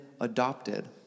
adopted